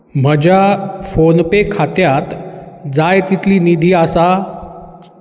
म्हज्या फोनपे खात्यांत जाय तितली निधी आसा